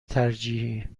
ترجیحی